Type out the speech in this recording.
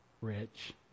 rich